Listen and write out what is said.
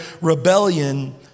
rebellion